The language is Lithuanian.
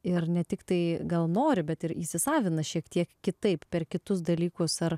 ir ne tiktai gal nori bet ir įsisavina šiek tiek kitaip per kitus dalykus ar